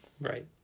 Right